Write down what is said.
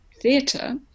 theatre